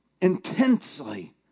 intensely